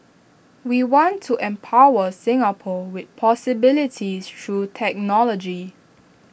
we want to empower Singapore with possibilities through technology